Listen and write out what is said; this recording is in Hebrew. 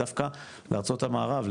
דווקא לארצות המערב,